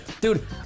Dude